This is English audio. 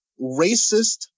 racist